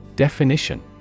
Definition